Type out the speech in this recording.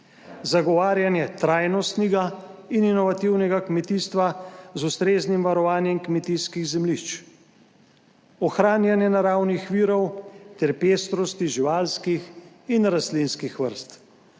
zagovarjanje trajnostnega in inovativnega kmetijstva z ustreznim varovanjem kmetijskih zemljišč, ohranjanje naravnih virov ter pestrosti živalskih in rastlinskih vrst,